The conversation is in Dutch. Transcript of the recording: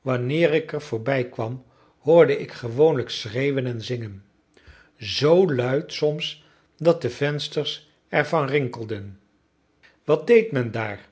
wanneer ik er voorbijkwam hoorde ik gewoonlijk schreeuwen en zingen zoo luid soms dat de vensters er van rinkelden wat deed men daar